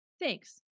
Thanks